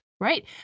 Right